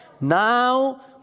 Now